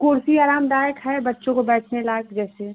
कुर्सी आरामदायक है बच्चों को बैठने लायक जैसे